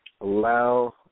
Allow